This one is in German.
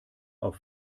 auf